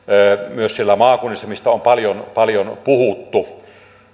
myös siellä maakunnissa mistä on paljon paljon puhuttu